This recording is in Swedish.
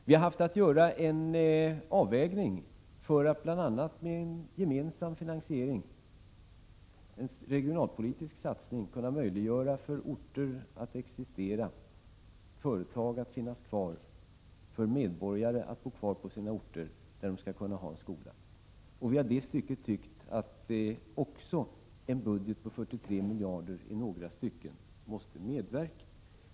Det måste göras en avvägning för att det, bl.a. med en gemensam finansiering, en regionalpolitisk satsning, skall bli möjligt för orter att existera; för företag att finnas kvar på och för medborgare att bo kvar på sina hemorter, där det skall finnas skolor. En budget på 43 miljarder måste också i några stycken medverka till det.